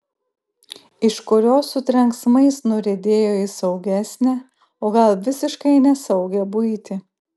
iš kurios su trenksmais nuriedėjo į saugesnę o gal visiškai nesaugią buitį